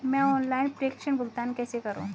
मैं ऑनलाइन प्रेषण भुगतान कैसे करूँ?